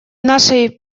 нашей